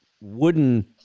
wooden